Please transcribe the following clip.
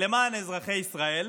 למען אזרחי ישראל.